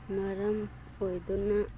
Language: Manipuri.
ꯃꯔꯝ ꯑꯣꯏꯗꯨꯅ